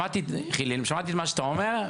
שמעתי את מה שאתה אומר,